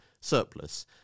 surplus